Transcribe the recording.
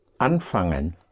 anfangen